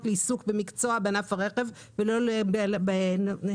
לעיסוק במקצוע בענף הרכב ולא לבעלי רישיונות למתן שירות לרכב.